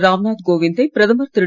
ராம்நாத் கோவிந்தை பிரதமர் திரு